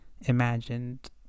imagined